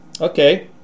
Okay